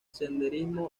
senderismo